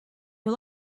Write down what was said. you